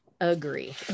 Agree